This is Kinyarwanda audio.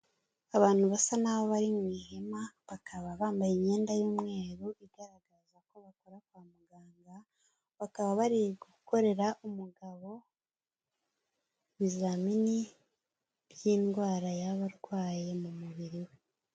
Abantu basa naho bari mu ihema bakaba bambaye imyenda y'umweru igaragaza ko bakora kwa muganga, bakaba bari gukorera umugabo ibizamini by'indwara yaba arwaye mu mubiri we.